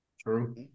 True